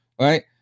Right